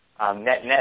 Net-net